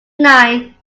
nine